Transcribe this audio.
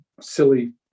silly